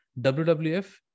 WWF